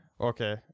okay